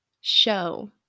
show